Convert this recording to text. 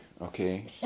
okay